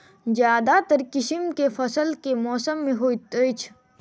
ज्यादातर किसिम केँ फसल केँ मौसम मे होइत अछि?